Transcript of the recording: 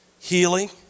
healing